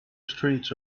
streets